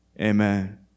Amen